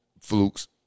Flukes